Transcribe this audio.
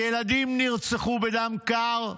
ילדים נרצחו בדם קר,